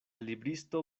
libristo